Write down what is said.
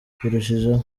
birushijeho